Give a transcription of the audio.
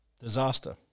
disaster